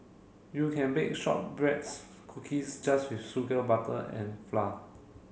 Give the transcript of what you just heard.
you can bake shortbreads cookies just with sugar butter and flour